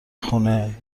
خونه